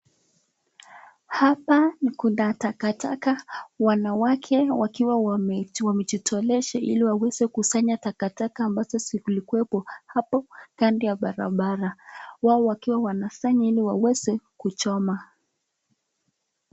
Hapa kuna takataka , wanawake wakiwa wamejitolesha ili waweze kusanya takataka ambazo zilikuepo hapo kando ya barabara, wao wakiwa wanafanya ili waweze kuchoma.